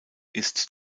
ist